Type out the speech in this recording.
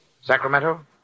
Sacramento